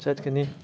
ꯆꯠꯀꯅꯤ